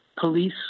police